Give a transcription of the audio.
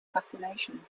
fascination